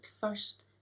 first